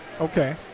Okay